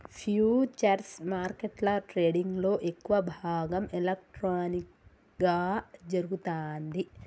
futures మార్కెట్ల ట్రేడింగ్లో ఎక్కువ భాగం ఎలక్ట్రానిక్గా జరుగుతాంది